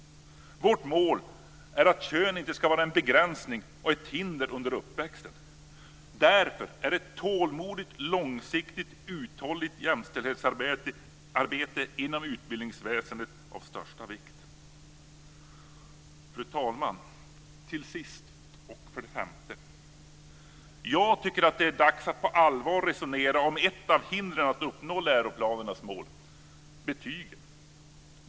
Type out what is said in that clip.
Vårt mål är att kön inte ska vara en begränsning och ett hinder under uppväxten. Därför är ett tålmodigt, långsiktigt och uthålligt jämställdhetsarbete inom utbildningsväsendet av största vikt. Fru talman! För det femte och sista tycker jag att det är dags att på allvar resonera om ett av hindren för att uppnå läroplanernas mål - betygen.